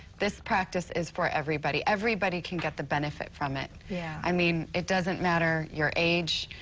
this practice is for everybody. everybody can get the benefit from it. yeah i mean it doesn't matter your age,